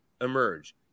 emerge